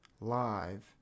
live